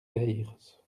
vayres